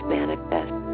manifest